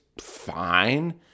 fine